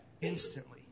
instantly